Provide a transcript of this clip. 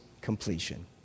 completion